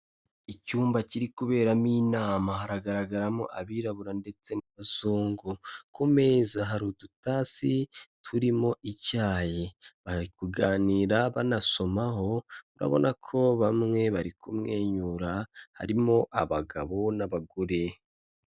Icyumba kiri kuberamo inama haragaragaramo abirabura ndetse n'abazungu, ku meza hari udutasi turimo icyayi, bari kuganira banasomaho urabona ko bamwe bari kumwenyura, harimo abagabo n'abagore.